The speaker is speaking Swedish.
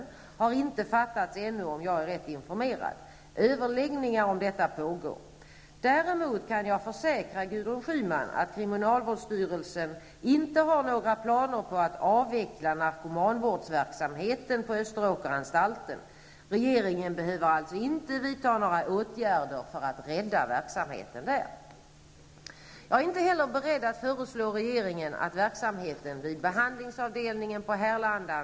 Besparingskraven är enligt min mening förenliga med en fortsatt hög ambitionsnivå i fråga om säkerhet och kvalitet i övrigt, om besparingarna fördelas rätt i organisationen. Det är kriminalvårdsstyrelsen, regionmyndigheterna och de lokala myndigheterna inom kriminalvården som har ansvaret för fördelningen av besparingarna. Det är alltså inte en fråga för regeringen. Några konkreta beslut i fråga om hur stora besparingar som skall göras på Österåkersanstalten har ännu inte fattats, om jag är rätt informerad.